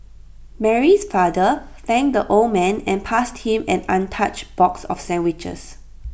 Mary's father thanked the old man and passed him an untouched box of sandwiches